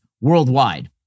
worldwide